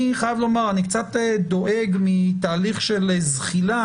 אני חייב לומר, אני קצת דואג מתהליך של זחילה.